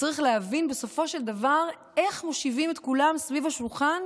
וצריך להבין בסופו של דבר איך מושיבים את כולם סביב השולחן